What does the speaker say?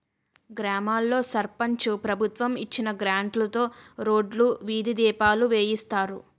గ్రామాల్లో సర్పంచు ప్రభుత్వం ఇచ్చిన గ్రాంట్లుతో రోడ్లు, వీధి దీపాలు వేయిస్తారు